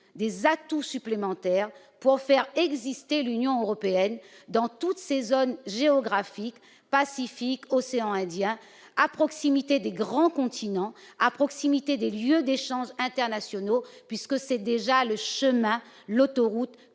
des atouts supplémentaires pour faire exister l'Union européenne dans les zones géographiques du Pacifique et de l'océan Indien, à proximité des grands continents et des lieux d'échanges internationaux, puisque tel est déjà le chemin, ou